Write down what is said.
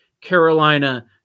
Carolina